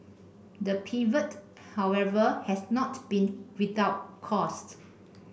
the pivot however has not been without costs